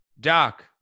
Doc